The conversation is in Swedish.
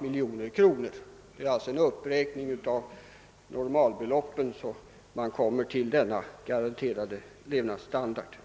miljoner kronor. Det är alltså genom en uppräkning av normalbeloppen som man kommer till denna garanterade levnadsstandard.